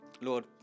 lord